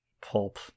pulp